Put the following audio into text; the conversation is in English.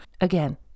Again